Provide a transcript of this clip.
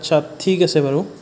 আচ্ছা ঠিক আছে বাৰু